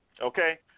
Okay